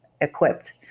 equipped